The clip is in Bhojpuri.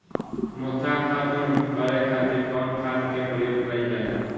मोथा खत्म करे खातीर कउन खाद के प्रयोग कइल जाला?